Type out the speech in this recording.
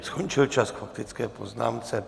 Skončil čas k faktické poznámce.